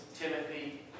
Timothy